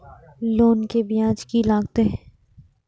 Loan के ब्याज की लागते?